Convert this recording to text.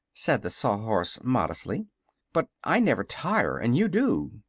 said the sawhorse, modestly but i never tire, and you do.